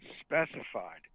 specified